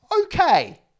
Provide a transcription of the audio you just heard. okay